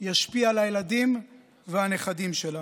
ישפיע על הילדים והנכדים שלנו.